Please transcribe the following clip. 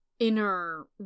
inner